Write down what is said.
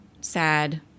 sad